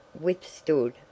withstood